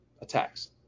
attacks